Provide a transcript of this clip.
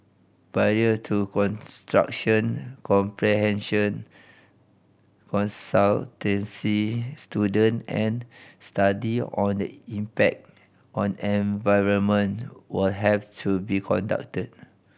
prior to construction comprehension consultancy student and study on the impact on environment will have to be conducted